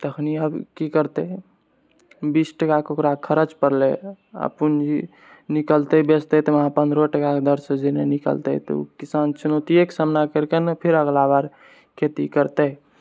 तखनि आबऽ कि करतै बीस टाकाके ओकरा खरचा पड़लै अऽ पूँजी निकलतै बेचतै तऽ वहाँ पन्द्रहो टाकाके दरसँ जे नहि निकलतै तऽ ओ किसान चुनौतियेके सामना करिके ने फेर अगिला बेर खेती करतै